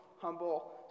humble